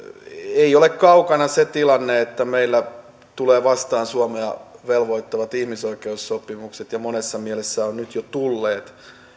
ei ole kaukana se tilanne että meillä tulevat vastaan suomea velvoittavat ihmisoikeussopimukset ja monessa mielessä ovat nyt jo tulleet